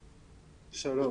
שלום.